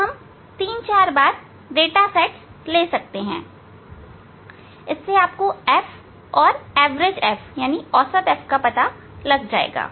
हम तीन चार बार के डाटा सेट्स ले सकते हैं और इससे f और औसत f का पता लगा सकते हैं